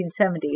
1970s